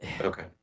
Okay